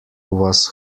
was